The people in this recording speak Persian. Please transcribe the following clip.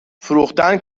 فروختن